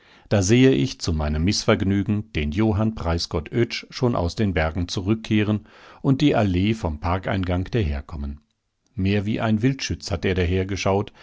da sehe ich zu meinem mißvergnügen den johann preisgott oetsch schon aus den bergen zurückkehren und die allee vom parkeingang daherkommen mehr wie ein wildschütz hat er